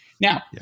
Now